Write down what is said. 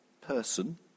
person